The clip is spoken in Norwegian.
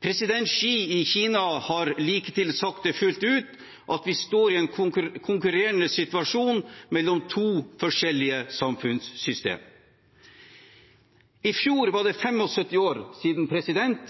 President Xi i Kina har liketil sagt det rett ut, at vi står i en konkurrerende situasjon mellom to forskjellige samfunnssystemer. I fjor var det 75 år siden